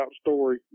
story